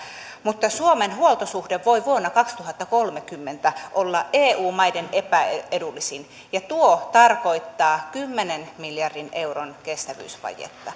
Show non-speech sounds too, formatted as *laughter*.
suomen huoltosuhde voi vuonna kaksituhattakolmekymmentä olla eu maiden epäedullisin ja tuo tarkoittaa kymmenen miljardin euron kestävyysvajetta *unintelligible*